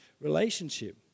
relationship